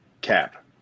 Cap